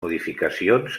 modificacions